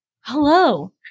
Hello